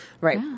Right